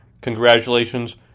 Congratulations